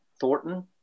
Thornton